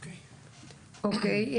אוקיי.